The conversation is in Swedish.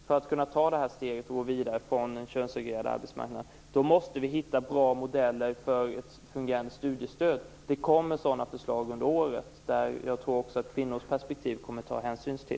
För att gå vidare från en könsreglerad arbetsmarknad måste vi hitta bra modeller för ett fungerande studiestöd. Det kommer sådana förslag under året, där jag tror att det kommer att tas hänsyn till kvinnors perspektiv.